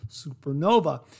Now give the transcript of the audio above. Supernova